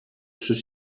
ceux